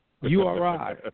URI